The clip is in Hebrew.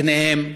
בניהם,